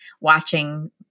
watching